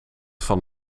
van